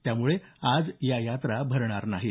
त्यामुळे आज या यात्रा भरणार नाहीत